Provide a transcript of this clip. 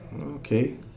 Okay